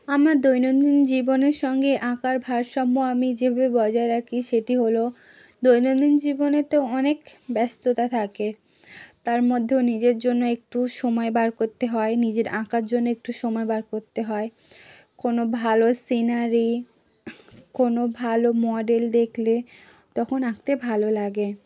আমার দৈনন্দিন জীবনের সঙ্গে আঁকার ভারসাম্য আমি যেভাবে বজায় রাখি সেটি হলো দৈনন্দিন জীবনে তো অনেক ব্যস্ততা থাকে তার মধ্যেও নিজের জন্য একটু সময় বার করতে হয় নিজের আঁকার জন্য একটু সময় বার করতে হয় কোনো ভালো সিনারি কোনো ভালো মডেল দেখলে তখন আঁকতে ভালো লাগে